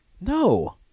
No